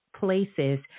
Places